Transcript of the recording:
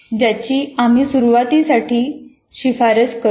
" ज्याची आम्ही सुरुवतीसाठी शिफारस करू